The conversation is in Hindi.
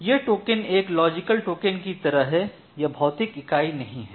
ये टोकन एक लॉजिकल टोकन की तरह हैं यह भौतिक इकाई नहीं है